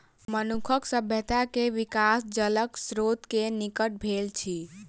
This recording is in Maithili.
मनुखक सभ्यता के विकास जलक स्त्रोत के निकट भेल अछि